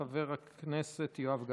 חבר הכנסת יואב גלנט.